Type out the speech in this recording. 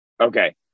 Okay